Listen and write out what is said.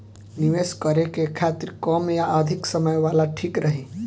निवेश करें के खातिर कम या अधिक समय वाला ठीक रही?